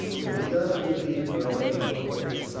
it is not too deep for our men to cross,